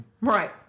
Right